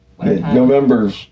November